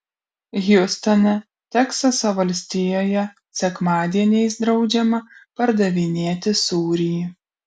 hjustone teksaso valstijoje sekmadieniais draudžiama pardavinėti sūrį